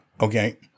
Okay